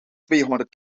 tweehonderd